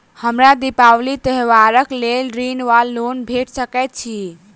हमरा दिपावली त्योहारक लेल ऋण वा लोन भेट सकैत अछि?